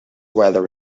weather